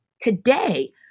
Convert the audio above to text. today